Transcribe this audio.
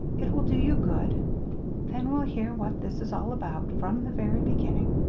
it will do you good then we'll hear what this is all about, from the very beginning.